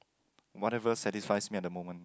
whatever satisfies me at the moment